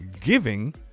giving